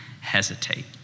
hesitate